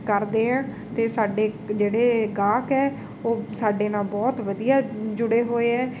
ਕਰਦੇ ਹਾਂ ਅਤੇ ਸਾਡੇ ਜਿਹੜੇ ਗਾਹਕ ਹੈ ਉਹ ਸਾਡੇ ਨਾਲ ਬਹੁਤ ਵਧੀਆ ਜੁੜੇ ਹੋਏ ਹੈ ਤਾਂ ਜਿਹੜਾ